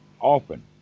often